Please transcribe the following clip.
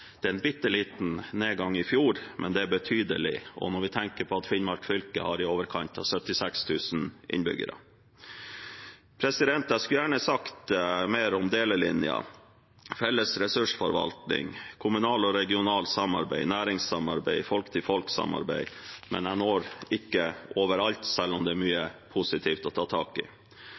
er betydelig, også når vi tenker på at Finnmark fylke har i overkant av 76 000 innbyggere. Jeg skulle gjerne sagt mer om delelinjen, felles ressursforvaltning, kommunalt og regionalt samarbeid, næringssamarbeid og folk-til-folk-samarbeid, men jeg når ikke over alt, selv om det er mye positivt å ta tak i.